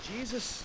Jesus